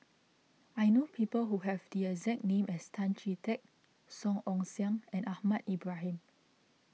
I know people who have the exact name as Tan Chee Teck Song Ong Siang and Ahmad Ibrahim